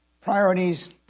priorities